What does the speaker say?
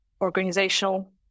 organizational